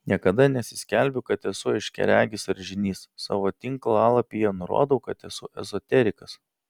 niekada nesiskelbiu kad esu aiškiaregis ar žynys savo tinklalapyje nurodau kad esu ezoterikas